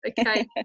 okay